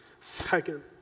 Second